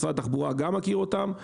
ומשרד התחבורה גם מכיר אותם.